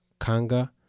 Kanga